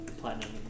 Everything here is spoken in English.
platinum